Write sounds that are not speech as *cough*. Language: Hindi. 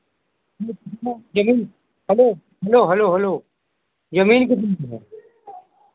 ज़मीन हैलो हैलो हैलो ज़मीन *unintelligible*